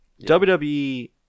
WWE